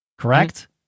Correct